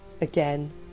again